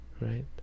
Right